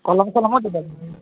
কলম চলমো দিব